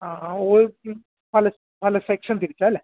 അ ആ പല പല സെക്ഷൻ തിരിച്ച് അല്ലേ